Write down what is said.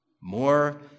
more